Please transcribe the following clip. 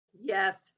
Yes